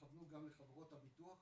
תכוונו גם לחברות הביטוח,